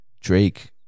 Drake